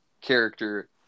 character